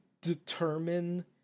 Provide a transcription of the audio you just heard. determine